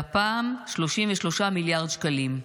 והפעם 33 מיליארד שקלים.